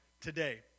today